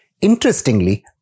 Interestingly